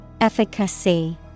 Efficacy